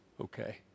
okay